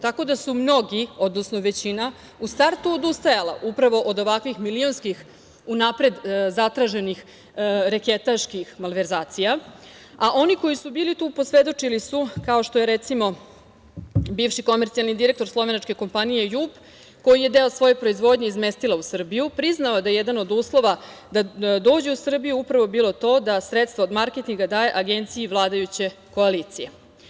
Tako da su mnogi, odnosno većina u startu odustajali upravo od ovakvih milionskih unapred zatraženih reketaških malverzacija, a oni koji su buli tu, posvedočili su, kao što je recimo bivši komercijalni direktor slovenačke kompanije „Jug“ koji je deo svoje proizvodnje izmestila u Srbiju, priznao je da je jedan od uslova da dođu u Srbiju upravo bio taj da sredstva od marketinga daje agenciji vladajuće koalicije.